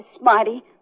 Smarty